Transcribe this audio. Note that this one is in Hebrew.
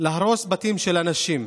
להרוס בתים של אנשים.